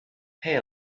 hey